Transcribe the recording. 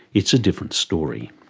it's a different story.